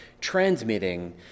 transmitting